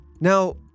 now